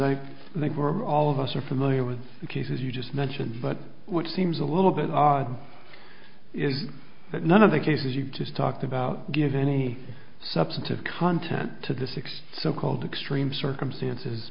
i think we're all of us are familiar with the cases you just mentioned but what seems a little bit odd is that none of the cases you've talked about give any substantive content to the six so called extreme circumstances